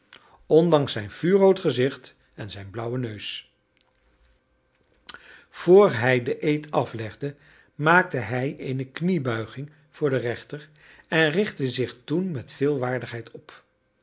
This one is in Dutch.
ondanks zijn vuurrood gezicht en zijn blauwen neus vr hij den eed aflegde maakte hij eene kniebuiging voor den rechter en richtte zich toen met veel waardigheid op